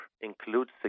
includes